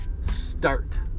Start